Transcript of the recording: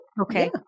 Okay